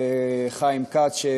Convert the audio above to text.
חיים כץ,